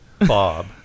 Bob